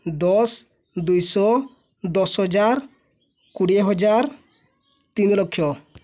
ଦଶ ଦୁଇଶହ ଦଶ ହଜାର କୋଡ଼ିଏ ହଜାର ତିନି ଲକ୍ଷ